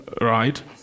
Right